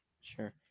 sure